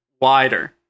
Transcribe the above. wider